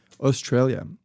Australia